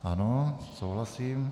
Ano, souhlasím.